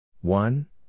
One